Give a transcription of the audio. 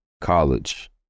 college